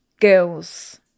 Girls